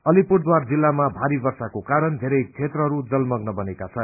अलिपुरद्वार जिल्लामा भारी वर्षाको कारण धेरै क्षेत्रहरू जलमग्न बनेका छन्